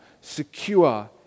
secure